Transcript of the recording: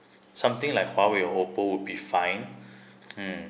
something like huawei or oppo would be fine hmm